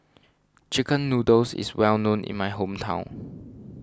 Chicken Noodles is well known in my hometown